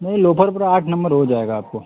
नहीं loafer offer आठ number हो जाएगा आपको